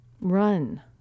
Run